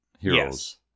heroes